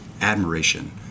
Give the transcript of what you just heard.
admiration